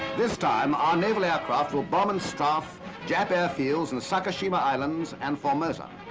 this time, our naval aircraft will bomb and stuff jap air fields in sakishima islands and formosa,